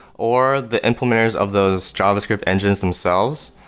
or the implementers of those javascript engines themselves,